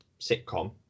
sitcom